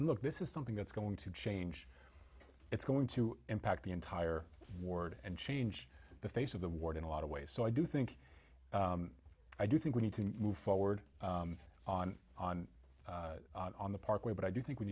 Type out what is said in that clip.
and look this is something that's going to change it's going to impact the entire ward and change the face of the ward in a lot of ways so i do think i do think we need to move forward on on on the parkway but i do think we